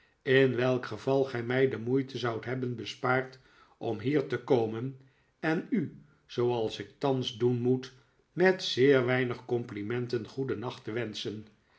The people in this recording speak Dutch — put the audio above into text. in welk geval gij mij de moeite zoudt hebben bespaard om hier te komen en u zooals ik thans doen moet met zeer weinig complimenten goedennacht te wenschen